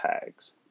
tags